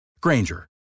Granger